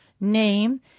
name